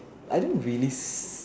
I don't really